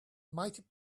might